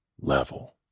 level